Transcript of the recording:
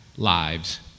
Lives